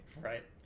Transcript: Right